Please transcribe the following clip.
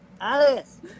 Alice